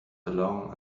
along